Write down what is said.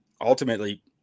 ultimately